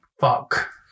Fuck